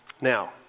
Now